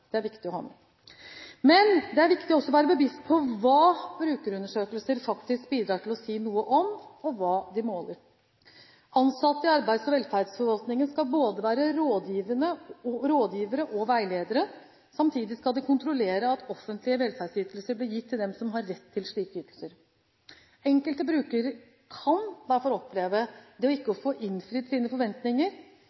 Det er viktig å ha med. Men det er viktig også å være bevisst på hva brukerundersøkelser faktisk bidrar til å si noe om, og hva de måler. Ansatte i arbeids- og velferdsforvaltningen skal være både rådgivere og veiledere, og samtidig skal de kontrollere at offentlige velferdsytelser blir gitt til dem som har rett til slike ytelser. Enkelte brukere kan derfor oppleve ikke å få innfridd sine forventninger, men det